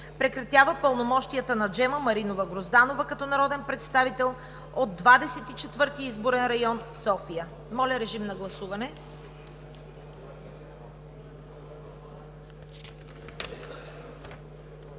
Прекратява пълномощията на Джема Маринова Грозданова като народен представител от Двадесет и четвърти изборен район – София.“ Моля, режим на гласуване.